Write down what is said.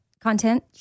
content